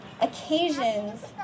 occasions